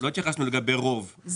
לא התייחסנו לגבי הרוב,